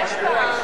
נכון.